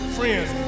friends